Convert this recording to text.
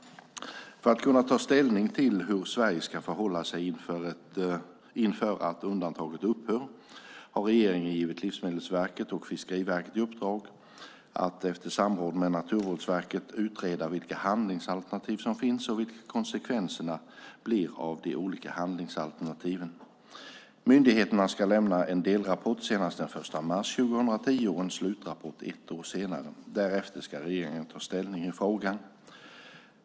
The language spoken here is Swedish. För att kunna ta ställning till hur Sverige ska förhålla sig inför att undantaget upphör har regeringen gett Livsmedelsverket och Fiskeriverket i uppdrag att efter samråd med Naturvårdsverket utreda vilka handlingsalternativ som finns och vilka konsekvenserna blir av de olika handlingsalternativen. Myndigheterna ska lämna en delrapport senast den 1 mars 2010 och en slutrapport ett år senare. Därefter ska regeringen ta ställning i frågan.